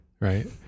right